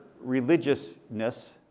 religiousness